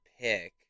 pick